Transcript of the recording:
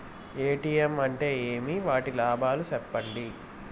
ATM అంటే ఏమి? వాటి లాభాలు సెప్పండి